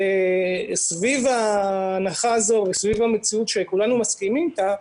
סביב ההנחה הזו וסביב המציאות שכולנו מסכימים אתה,